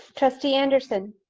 trustee anderson.